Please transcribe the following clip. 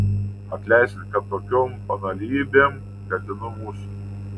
atleiskit kad tokiom banalybėm gadinu mūsų